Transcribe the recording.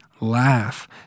laugh